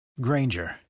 Granger